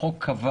החוק קבע